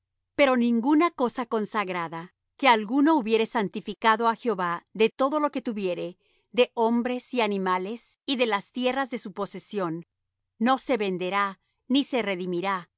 pero ninguna cosa consagrada que alguno hubiere santificado á jehová de todo lo que tuviere de hombres y animales y de las tierras de su posesión no se venderá ni se redimirá